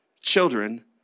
children